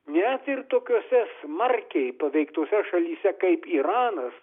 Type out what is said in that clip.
net ir tokiose smarkiai paveiktose šalyse kaip iranas